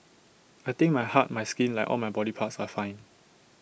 I think my heart my skin like all my body parts are fine